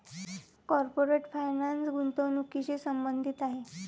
corporate finance गुंतवणुकीशी संबंधित आहे